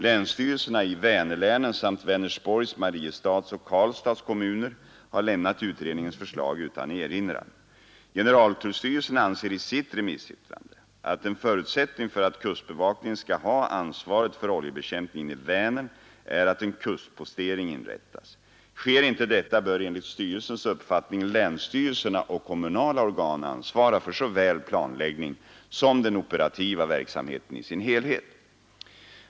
Länsstyrelserna i Vänerlänen samt Vänersborgs, Mariestads och Karlstads kommuner har lämnat utredningens förslag utan erinran. Generaltullstyrelsen anser i sitt remissyttrande att en förutsättning för att kustbevakningen skall ha ansvaret för oljebekämpningen i Vänern är att en kustpostering inrättas. Sker inte detta bör enligt styrelsens uppfattning länsstyrelserna och kommunala organ ansvara för såväl planläggning som den operativa verksamheten i dess helhet.